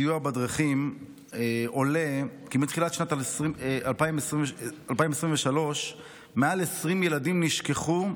סיוע בדרכים עולה כי מתחילת שנת 2023 מעל 20 ילדים נשכחו,